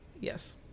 yes